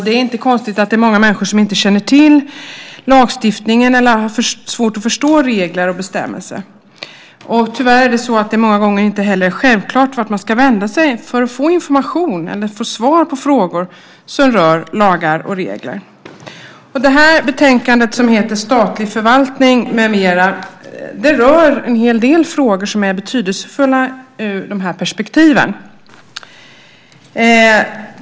Det är inte konstigt att det är många människor som inte känner till lagstiftningen eller har svårt att förstå regler och bestämmelser. Tyvärr är det många gånger inte heller självklart vart man ska vända sig för att få information eller få svar på frågor som rör lagar och regler. Det här betänkandet, som heter Statlig förvaltning, m.m. , rör en hel del frågor som är betydelsefulla ur de här perspektiven.